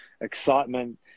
excitement